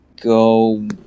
go